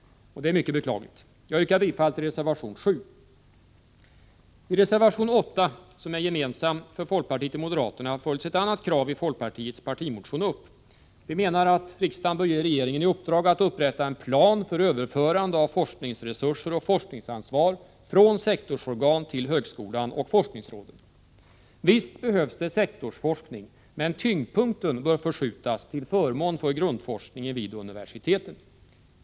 Det är mycket olyckligt. Jag yrkar bifall till reservation 7. I reservation 8, som är gemensam för folkpartiet och moderaterna, följs ett annat krav i folkpartiets partimotion upp. Vi menar att riksdagen bör ge regeringen i uppdrag att upprätta en plan för överförande av forskningsresurser och foskningsansvar från sektorsorgan till högskolan och forskningsråden. Visst behövs det sektorsforskning, men tyngdpunkten bör förskjutas till förmån för grundforskningen vid universiteten.